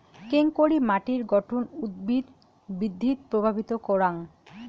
কেঙকরি মাটির গঠন উদ্ভিদ বৃদ্ধিত প্রভাবিত করাং?